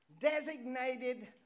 designated